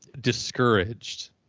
discouraged